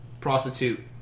prostitute